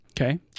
Okay